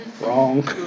Wrong